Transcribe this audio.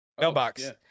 Mailbox